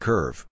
Curve